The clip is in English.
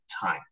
time